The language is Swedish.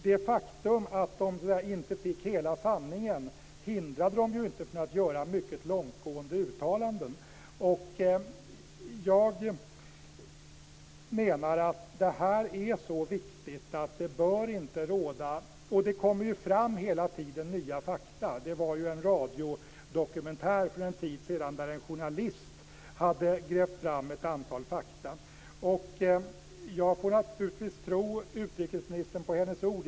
Det faktum att de inte fick se hela sanningen hindrade dem inte från att göra mycket långtgående uttalanden. Det kommer fram hela tiden nya fakta. Det var en radiodokumentär för en tid sedan där en journalist hade grävt fram ett antal fakta. Jag får naturligtvis tro utrikesministern på hennes ord.